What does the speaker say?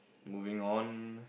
moving on